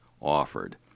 offered